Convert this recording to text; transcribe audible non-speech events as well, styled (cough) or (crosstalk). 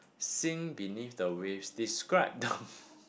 sing beneath the wave describe the (breath)